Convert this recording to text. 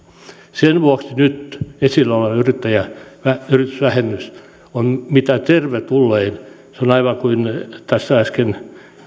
sen vuoksi nyt esillä oleva yritysvähennys on mitä tervetullein se on aivan kuin tässä äsken